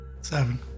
Seven